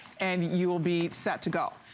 and you'll be set to go.